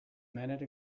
minute